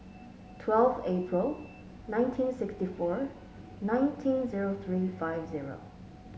twelfth April nineteen sixty four nineteen zero three five zero